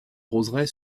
roseraie